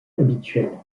habituel